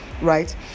Right